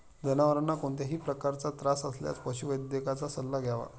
जनावरांना कोणत्याही प्रकारचा त्रास असल्यास पशुवैद्यकाचा सल्ला घ्यावा